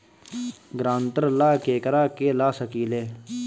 ग्रांतर ला केकरा के ला सकी ले?